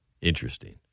interesting